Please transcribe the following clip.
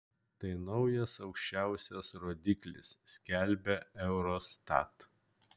tai naujas aukščiausias rodiklis skelbia eurostat